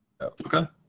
Okay